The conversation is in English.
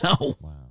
No